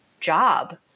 job